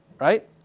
right